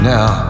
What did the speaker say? Now